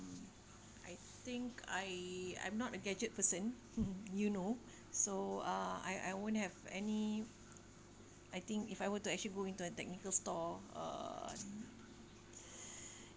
I think I I'm not a gadget person you know so uh I I won't have any I think if I were to actually go into a technical store uh